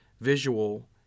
visual